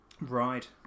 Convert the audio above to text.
Right